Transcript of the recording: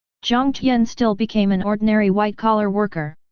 jiang tian still became an ordinary white-collar worker.